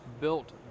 built